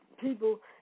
people